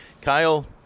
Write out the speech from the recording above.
Kyle